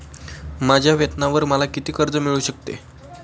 माझ्या वेतनावर मला किती कर्ज मिळू शकते?